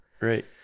Right